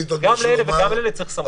גם לאלה וגם לאלה צריך סמכות.